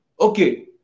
okay